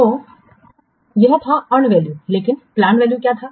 तो और यह था अर्नड वैल्यू लेकिन पलैंड वैल्यू क्या था